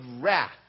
wrath